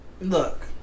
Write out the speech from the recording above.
look